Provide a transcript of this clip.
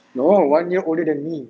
no one year older than me